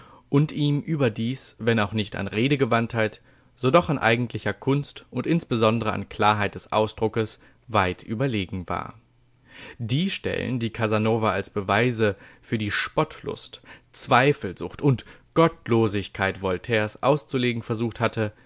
und ihm überdies wenn auch nicht an redegewandtheit so doch an eigentlicher kunst und insbesondre an klarheit des ausdrucks weit überlegen war die stellen die casanova als beweise für die spottlust zweifelsucht und gottlosigkeit voltaires auszulegen versucht hatte